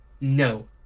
no